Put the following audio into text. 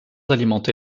alimenté